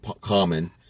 common